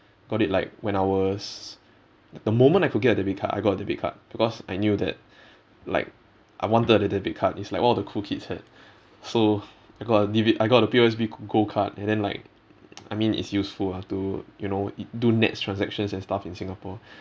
got it like when I was at the moment I could get a debit card I got a debit card because I knew that like I wanted the debit card it's like all the cool kids had so I got a D_B~ I got a P_O_S_B g~ gold card and then like I mean it's useful ah to you know i~ do NETS transactions and stuff in singapore